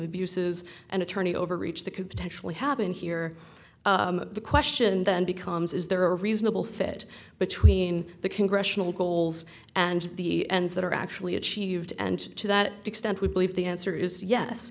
abuses and attorney overreach that could potentially happen here the question then becomes is there a reasonable fit between the congressional goals and the ends that are actually achieved and to that extent we believe the answer is yes